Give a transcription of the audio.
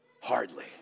Hardly